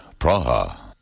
Praha